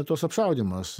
tuos apšaudymus